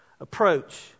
approach